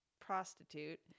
prostitute